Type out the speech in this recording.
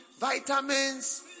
vitamins